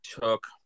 took